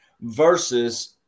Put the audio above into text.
versus